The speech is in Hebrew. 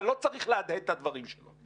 אתה לא צריך להדהד את הדברים שלו.